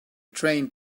train